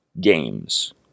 games